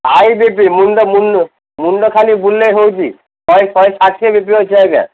high B P ମୁଣ୍ଡ ମୁଣ୍ଡ ମୁଣ୍ଡ ଖାଲି ବୁଲାଇ ହଉଛି ଶହେ ଶହେ ଷାଠିଏ ବି ପି ଅଛି ଆଜ୍ଞା